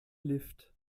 lift